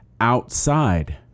outside